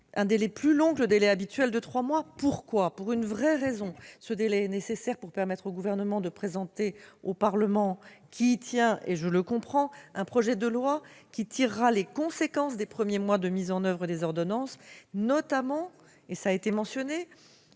six mois, plus long que le délai habituel de trois, pour une véritable raison. Ce délai est en effet nécessaire pour permettre au Gouvernement de présenter au Parlement, qui y tient et je le comprends, un projet de loi qui tirera les conséquences des premiers mois de mise en oeuvre des ordonnances, notamment- ce point a été mentionné